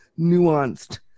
nuanced